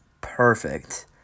Perfect